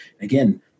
Again